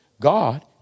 God